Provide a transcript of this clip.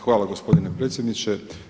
Hvala gospodine predsjedniče.